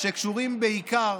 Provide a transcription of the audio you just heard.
שקשורים בעיקר